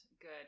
good